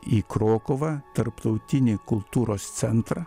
į krokuvą tarptautinį kultūros centrą